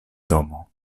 domo